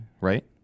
right